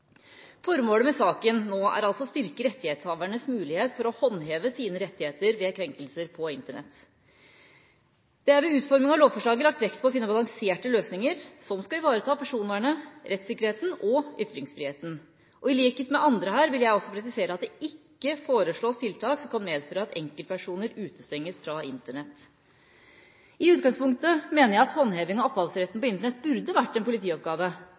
Formålet med saken nå er altså å styrke rettighetshavernes mulighet til å håndheve sine rettigheter ved krenkelser på Internett. Det er ved utforminga av lovforslaget lagt vekt på å finne balanserte løsninger som ivaretar personvernet, rettssikkerheten og ytringsfriheten. I likhet med andre her vil jeg presisere at det ikke foreslås tiltak som kan medføre at enkeltpersoner utestenges fra Internett. I utgangspunktet mener jeg at håndheving av opphavsretten på Internett burde vært en politioppgave.